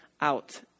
out